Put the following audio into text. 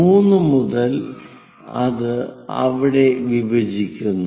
3 മുതൽ അത് അവിടെ വിഭജിക്കുന്നു